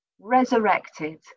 resurrected